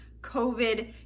COVID